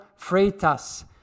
Freitas